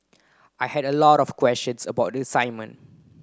I had a lot of questions about the assignment